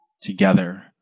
together